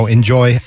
Enjoy